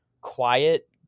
quiet